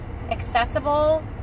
accessible